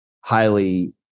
highly –